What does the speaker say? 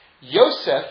Yosef